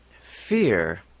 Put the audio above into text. fear